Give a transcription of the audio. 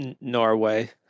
Norway